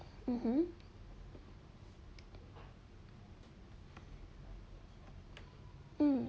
mmhmm mm